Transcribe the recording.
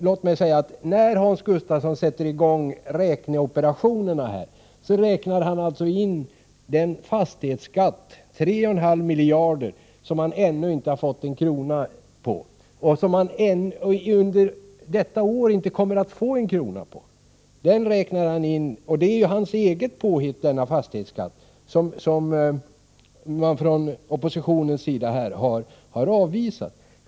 Låt mig säga att när Hans Gustafsson sätter i gång räkneoperationerna räknar han in den fastighetsskatt på 3,5 miljarder som han ännu inte har fått en krona på och under detta år inte kommer att få en krona på. Denna fastighetsskatt är ju hans eget påhitt, som man från oppositionens sida har avvisat.